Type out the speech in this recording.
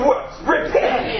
repent